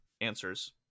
answers